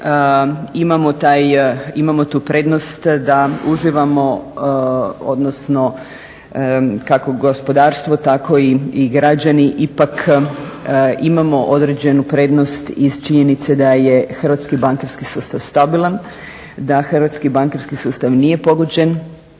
imamo tu prednost da uživamo, odnosno kako gospodarstvo tako i građani ipak imamo određenu prednost iz činjenice da je hrvatski bankarski sustav stabilan, da hrvatski bankarski sustav nije pogođen